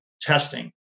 testing